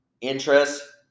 interest